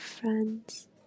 friends